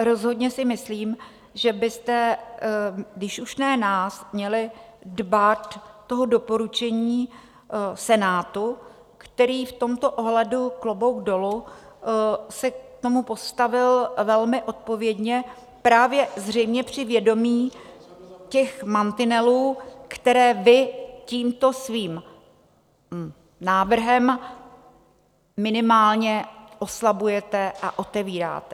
Rozhodně si myslím, že byste když už ne nás, měli dbát toho doporučení Senátu, který v tomto ohledu, klobouk dolů, se k tomu postavil velmi odpovědně právě zřejmě při vědomí těch mantinelů, které vy tímto svým návrhem minimálně oslabujete a otevíráte.